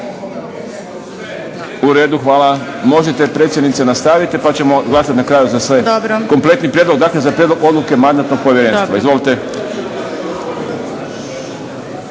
U redu, hvala. Možete predsjednice nastaviti pa ćemo glasati na kraju za sve, kompletni prijedlog. Dakle, za prijedlog odluke Mandatnog povjerenstva. Izvolite.